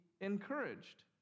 encouraged